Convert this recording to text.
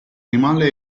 animale